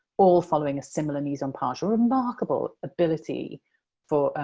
all following a similar mise-en-page, a remarkable ability for,